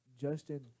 Justin